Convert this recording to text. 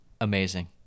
amazing